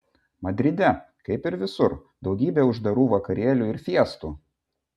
madride kaip ir visur daugybė uždarų vakarėlių ir fiestų